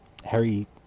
harry